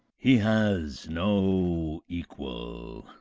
he has no equal.